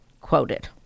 quoted